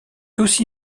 aussi